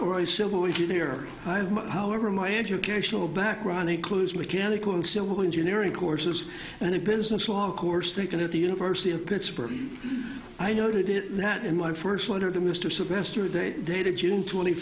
or a civil engineer however my educational background includes mechanical and civil engineering courses and a business law course taken at the university of pittsburgh i noted that in my first letter to mr sylvester date dated june twenty